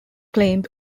claimed